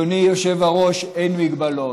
אדוני היושב-ראש, אין מגבלות?